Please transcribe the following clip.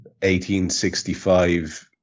1865